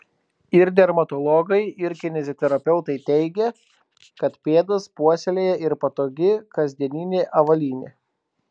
ir dermatologai ir kineziterapeutai teigia kad pėdas puoselėja ir patogi kasdieninė avalynė